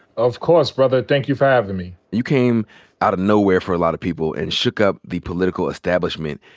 of course, brother. thank you for havin' me. you came out of nowhere for a lotta people and shook up the political establishment.